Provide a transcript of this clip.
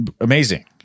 amazing